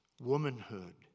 womanhood